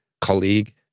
colleague